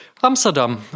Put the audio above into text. Amsterdam